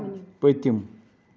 پٔتِم